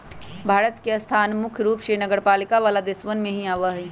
भारत के स्थान मुख्य रूप से नगरपालिका वाला देशवन में ही आवा हई